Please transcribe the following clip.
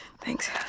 thanks